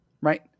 Right